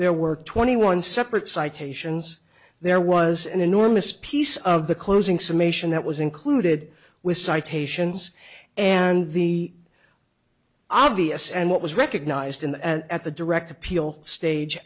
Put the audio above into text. there were twenty one separate citations there was an enormous piece of the closing summation that was included with citations and the obvious and what was recognized in the at the direct appeal stage